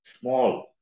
small